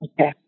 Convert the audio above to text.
Okay